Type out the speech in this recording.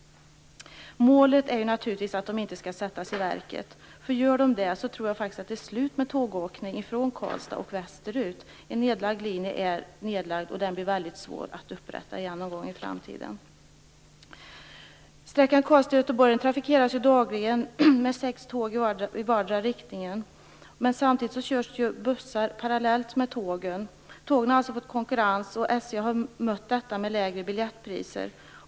Målet är naturligtvis att de inte skall sättas i verket. Gör man det tror jag att det är slut med tågåkning från Karlstad och västerut. En nedlagd linje är nedlagd, och den blir väldigt svår att upprätta igen någon gång i framtiden. Tågen har alltså fått konkurrens, och SJ har mött detta med lägre biljettpriser.